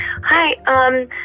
Hi